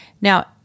Now